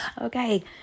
Okay